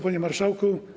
Panie Marszałku!